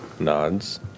Nods